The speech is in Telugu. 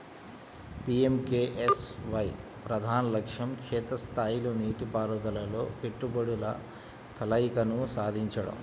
పి.ఎం.కె.ఎస్.వై ప్రధాన లక్ష్యం క్షేత్ర స్థాయిలో నీటిపారుదలలో పెట్టుబడుల కలయికను సాధించడం